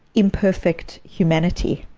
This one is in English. imperfect humanity